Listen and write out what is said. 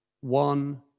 One